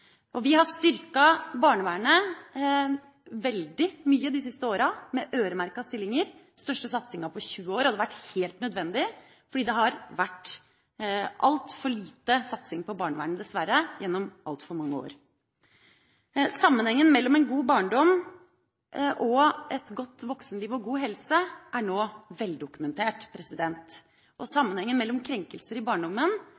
barnevern. Vi har styrket barnevernet veldig mye de siste åra med øremerka stillinger – den største satsinga på 20 år. Det har vært helt nødvendig fordi det dessverre har vært altfor lite satsing på barnevernet gjennom altfor mange år. Sammenhengen mellom en god barndom, et godt voksenliv og god helse er nå veldokumentert. Sammenhengen mellom krenkelser i barndommen og